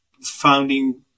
founding